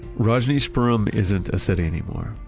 rajneeshpuram isn't a city anymore.